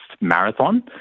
marathon